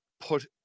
put